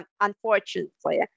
unfortunately